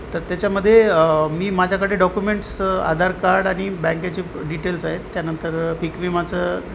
तर त्याच्यामध्ये मी माझ्याकडे डॉक्युमेंट्स आधार कार्ड आणि बँकेचे डिटेल्स आहेत त्यानंतर पीक विमाचं